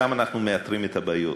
שם אנחנו מאתרים את הבעיות,